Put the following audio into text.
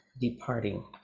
departing